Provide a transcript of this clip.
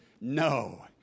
No